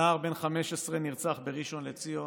ונער בן 15 נרצח בראשון לציון.